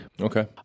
Okay